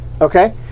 okay